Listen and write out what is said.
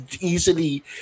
easily